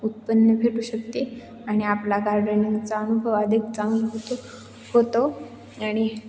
उत्पन्न भेटू शकते आणि आपला गार्डनिंगचा अनुभव अधिक चांगला होतो होतो आणि